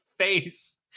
Face